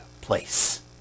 place